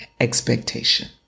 expectation